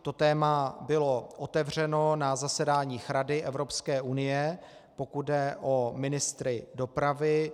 To téma bylo otevřeno na zasedáních Rady Evropské unie, pokud jde o ministry dopravy.